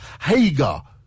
Hagar